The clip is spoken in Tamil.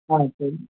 ஆ சரி